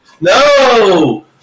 No